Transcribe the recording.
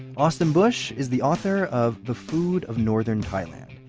austin bush is the author of the food of northern thailand,